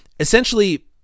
Essentially